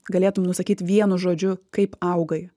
galėtum nusakyt vienu žodžiu kaip augai